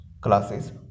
Classes